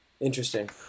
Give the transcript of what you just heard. Interesting